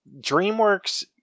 DreamWorks